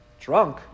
Drunk